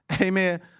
Amen